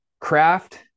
craft